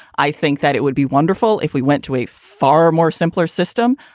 i think that it would be wonderful if we went to a far more simpler system.